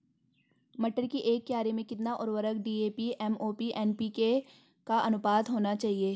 मटर की एक क्यारी में कितना उर्वरक डी.ए.पी एम.ओ.पी एन.पी.के का अनुपात होना चाहिए?